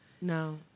No